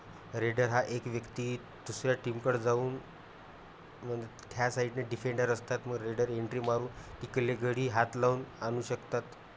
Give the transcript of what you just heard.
raider हा एक व्यक्ती दुसऱ्या टीमकडे जाऊन त्या साईडने डिफेंडर असतात मग रेडर एन्ट्री मारून तिकडले गडी हात लावून आणू शकतात